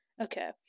Okay